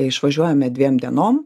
išvažiuojame dviem dienom